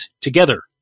together